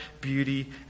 beauty